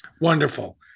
Wonderful